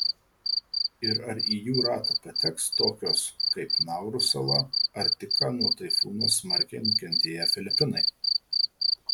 ir ar į jų ratą pateks tokios kaip nauru sala ar tik ką nuo taifūno smarkiai nukentėję filipinai